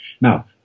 Now